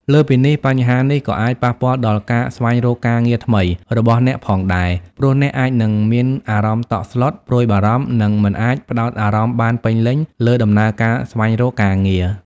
លើសពីនេះ បញ្ហានេះក៏អាច ប៉ះពាល់ដល់ការស្វែងរកការងារថ្មី របស់អ្នកផងដែរ ព្រោះអ្នកអាចនឹងមានអារម្មណ៍តក់ស្លុត ព្រួយបារម្ភ និងមិនអាចផ្ដោតអារម្មណ៍បានពេញលេញលើដំណើរការស្វែងរកការងារ។